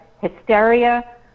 hysteria